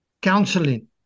counseling